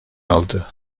aldı